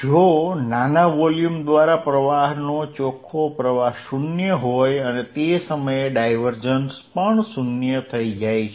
જો નાના વોલ્યુમ દ્વારા પ્રવાહનો ચોખ્ખો પ્રવાહ 0 હોય અને તે સમયે ડાયવર્જન્સ 0 થઈ જાય છે